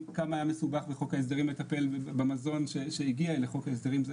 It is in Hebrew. כמה היה מסובך בחוק ההסדרים לטפל במזון שהגיע לחוק ההסדרים.